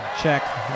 Check